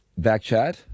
Backchat